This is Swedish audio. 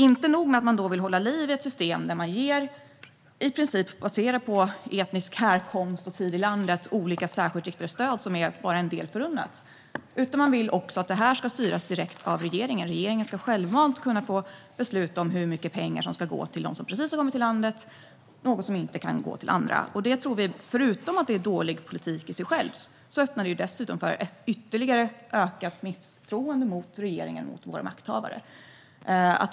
Inte nog med att man vill hålla liv i ett system där man, i princip baserat på etnisk härkomst och tid i landet, ger olika särskilt riktade stöd som bara är en del förunnade, utan man vill också att detta ska styras direkt av regeringen. Regeringen ska själv kunna besluta om hur mycket pengar som ska gå till dem som precis har kommit till landet, pengar som inte kan gå till andra. Förutom att detta är dålig politik i sig tror vi att det öppnar för ytterligare misstro mot regeringen och makthavarna.